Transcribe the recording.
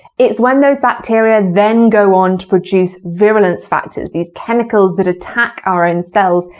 it's when those bacteria then go on to produce virulence factors, these chemicals that attack our own cells.